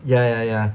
ya ya ya